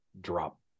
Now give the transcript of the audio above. drop